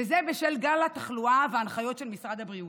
וזה בשל גל התחלואה והנחיות משרד הבריאות.